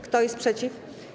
Kto jest przeciw?